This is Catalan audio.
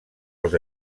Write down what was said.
els